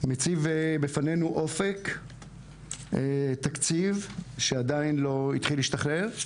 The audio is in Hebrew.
הוא מציב בפנינו אופק תקציב שעדיין לא התחיל להשתחרר,